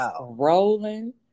rolling